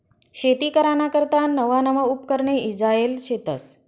शेती कराना करता नवा नवा उपकरणे ईजायेल शेतस